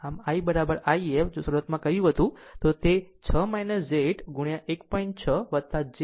આમ II ef જો શરૂઆતમાં કહ્યું હતું તો તે 6 j 8 into 1